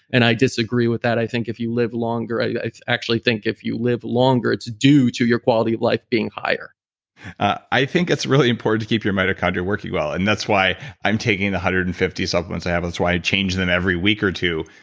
and i disagree with that, i think if you live longer, i actually think if you live longer, it's due to your quality of life being higher i think it's really important to keep your mitochondria working well and that's why i'm taking the one hundred and fifty supplements i have, that's why i change them every week or two,